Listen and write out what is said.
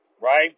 right